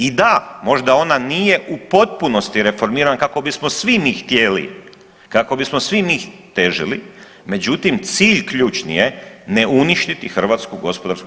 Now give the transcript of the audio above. I da, možda ona nije u potpunosti reformirana kako bismo svi mi htjeli, kako bismo svi mi težili, međutim, cilj ključni je ne uništiti HGK.